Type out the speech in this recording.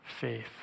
faith